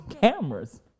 cameras